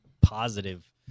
positive